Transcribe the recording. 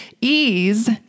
Ease